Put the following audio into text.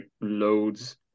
loads